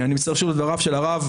אני מצטער שוב על דבריו של הרב,